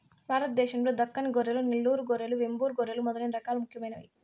భారతదేశం లో దక్కని గొర్రెలు, నెల్లూరు గొర్రెలు, వెంబూరు గొర్రెలు మొదలైన రకాలు ముఖ్యమైనవి